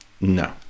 No